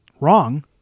wrong